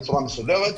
בצור המסודרת.